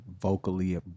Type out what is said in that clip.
vocally